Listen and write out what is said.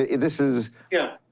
ah this is yeah,